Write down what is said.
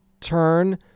turn